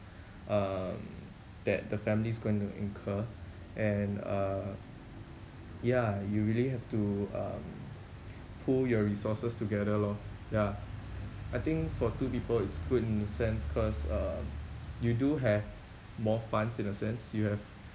um that the family's going to incur and uh ya you really have to um pool your resources together lor ya I think for two people it's good in a sense cause uh you do have more funds in a sense you have